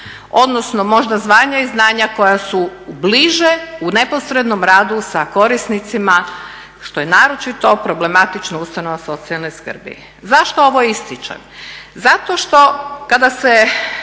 odnosno možda zvanja i znanja koja su bliže, u neposrednom radu sa korisnicima što je naročito problematično u ustanovama socijalne skrbi. Zašto ovo ističem? Zato što kada se